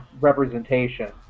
representation